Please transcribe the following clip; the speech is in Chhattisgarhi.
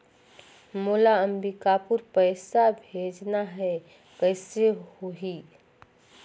मोला अम्बिकापुर पइसा भेजना है, कइसे होही?